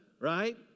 Right